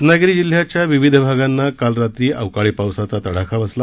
रत्नागिरी जिल्ह्याच्या विविध भागांना काल रात्री अवकाळी पावसाचा तडाखा बसला